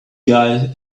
guy